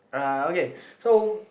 uh okay so